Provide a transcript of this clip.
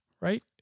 right